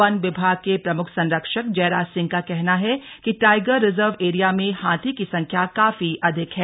one विभाग के प्रम्ख संरक्षक जयराज सिंह का कहना है कि टाइगर रिजर्व एरिया में हाथी की संख्या काफी अधिक है